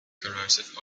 corrosive